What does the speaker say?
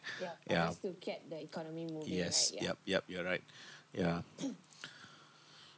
ya yes yup yup you are right yeah